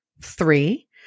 three